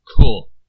Cool